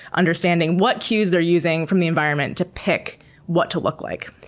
understanding what cues they're using from the environment to pick what to look like.